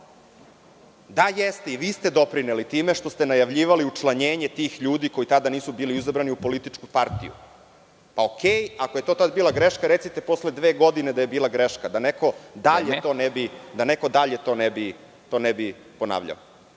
jeste, i vi ste doprineli time što ste najavljivali učlanjenje tih ljudi koji tada nisu bili izabrani u političku partiju. Dobro, ako je to tad bila greška, recite posle dve godine da je bila greška, da neko dalje to ne bi ponavljao. Hvala